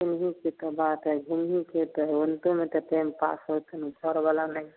घुमियोके तऽ बात हय घुमियो फिर तऽ ओनहितोमे तऽ टाइम पास होइ छै घरवला ने